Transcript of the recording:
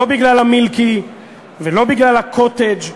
לא בגלל המילקי ולא בגלל הקוטג',